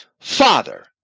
father